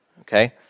okay